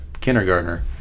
kindergartner